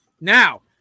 Now